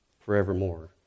forevermore